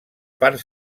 part